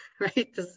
right